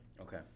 okay